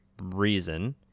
Reason